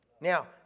Now